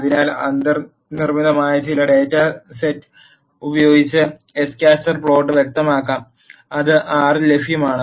അതിനാൽ അന്തർനിർമ്മിതമായ ചില ഡാറ്റ സെറ്റ് ഉപയോഗിച്ച് സ് കാറ്റർ പ്ലോട്ട് വ്യക്തമാക്കാം അത് R ൽ ലഭ്യമാണ്